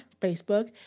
Facebook